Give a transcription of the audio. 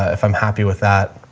if i'm happy with that.